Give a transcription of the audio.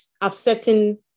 upsetting